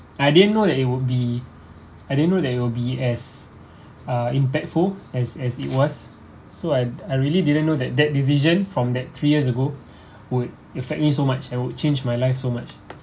I didn't know that it would be I didn't know that it will be as uh impactful as as it was so I I really didn't know that that decision from that three years ago would affect me so much and would change my life so much